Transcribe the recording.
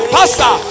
Pastor